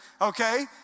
Okay